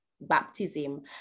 baptism